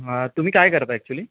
हां तुम्ही काय करता ॲक्च्युली